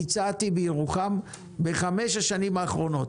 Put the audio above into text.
ביצעתי בירוחם בחמש השנים האחרונות.